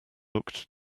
looked